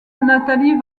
natalie